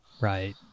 Right